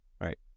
Right